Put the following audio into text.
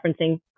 referencing